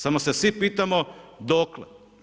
Samo se svi pitamo dokle?